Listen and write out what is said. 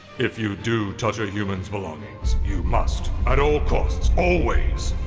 if you do touch a human's belongings. you must! at all costs! always!